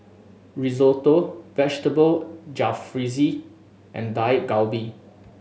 Risotto Vegetable Jalfrezi and Dak Galbi